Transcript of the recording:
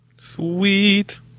Sweet